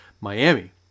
Miami